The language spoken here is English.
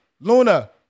Luna